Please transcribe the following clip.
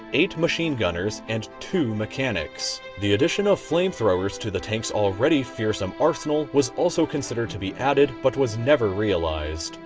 eight machine gunners, and two mechanics. the addition of flamethrowers to the tank's already fearsome arsenal was also considered to be added, but was never realized.